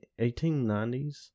1890s